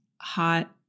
hot